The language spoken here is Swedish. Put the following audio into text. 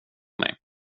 mig